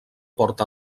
porta